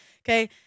Okay